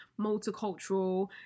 multicultural